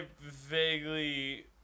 vaguely